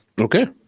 Okay